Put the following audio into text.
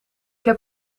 heb